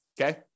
Okay